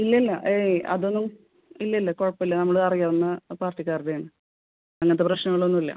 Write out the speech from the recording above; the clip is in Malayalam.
ഇല്ലല്ല ഏയ് അതൊന്നും ഇല്ലല്ല കുഴപ്പമില്ല നമ്മളറിയാവുന്ന പാർട്ടിക്കാരുടേതാണ് അങ്ങനെത്തെ പ്രശ്നങ്ങളൊന്നും ഇല്ല